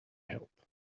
help